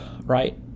right